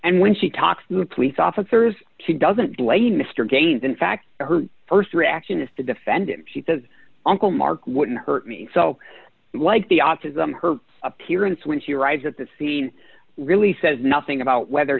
and when she talks to the police officers she doesn't blame mr gains in fact her st reaction is to defend him she says uncle mark wouldn't hurt me so like the autism her appearance when she arrives at the scene really says nothing about whether